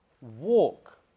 walk